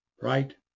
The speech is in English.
right